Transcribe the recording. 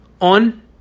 on